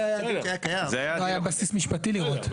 לא היה בסיס משפטי לראות.